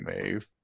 move